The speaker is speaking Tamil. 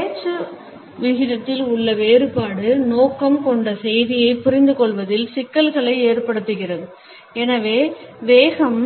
பேச்சு விகிதத்தில் உள்ள வேறுபாடு நோக்கம் கொண்ட செய்தியைப் புரிந்துகொள்வதில் சிக்கல்களை ஏற்படுத்துகிறது எனவே வேகம்